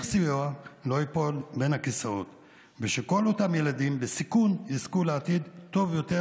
סיוע לא ייפול בין הכיסאות ושכל אותם ילדים בסיכון יזכו לסיכוי טוב יותר,